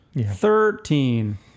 thirteen